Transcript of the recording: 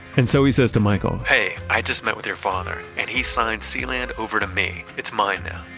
and so he says to michael, hey, i just met with your father and he signed sealand over to me. it's mine now.